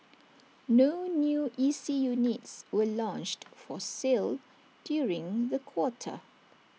no new E C units were launched for sale during the quarter